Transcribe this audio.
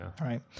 Right